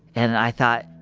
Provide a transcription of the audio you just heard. and i thought,